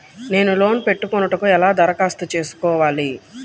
నేను లోన్ పెట్టుకొనుటకు ఎలా దరఖాస్తు చేసుకోవాలి?